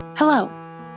Hello